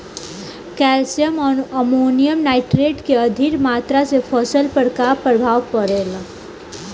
Calcium ammonium nitrate के अधिक मात्रा से फसल पर का प्रभाव परेला?